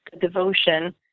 devotion